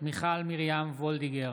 מיכל מרים וולדיגר,